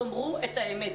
תאמרו את האמת.